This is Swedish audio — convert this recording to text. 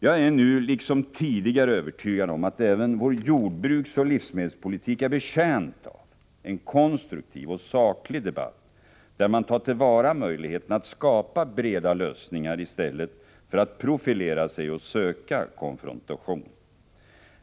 Jag är nu, liksom tidigare, övertygad om att även vår jordbruksoch livsmedelspolitik är betjänt av en konstruktiv och saklig debatt, där man tar till vara möjligheterna att skapa breda lösningar, i stället för att profilera sig och söka konfrontation.